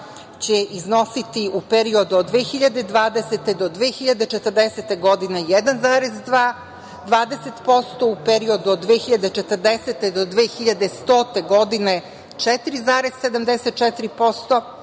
će iznositi u periodu od 2020. do 2040. godine 1,20%, u periodu od 2040. do 2100 godine 4,74%.